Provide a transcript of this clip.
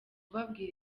kubabwira